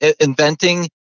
inventing